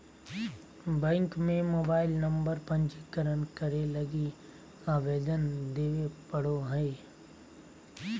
bank में mobile number पंजीकरण करे लगी आवेदन देबे पड़ो हइ